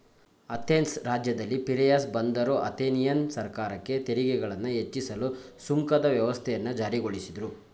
Athens ರಾಜ್ಯದಲ್ಲಿ Piraeus ಬಂದರು Athenian ಸರ್ಕಾರಕ್ಕೆ ತೆರಿಗೆಗಳನ್ನ ಹೆಚ್ಚಿಸಲು ಸುಂಕದ ವ್ಯವಸ್ಥೆಯನ್ನ ಜಾರಿಗೊಳಿಸಿದ್ರು